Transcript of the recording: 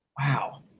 Wow